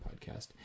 podcast